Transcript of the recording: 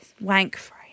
wank-free